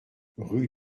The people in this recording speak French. rue